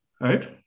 Right